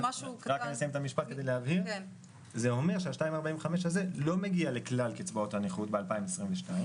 זה אומר שה-2.45% האלה לא מגיעים לכלל קצבאות הנכות ב-2022.